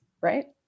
right